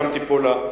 ושם תיפול ההחלטה.